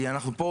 כי אנחנו פה